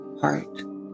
heart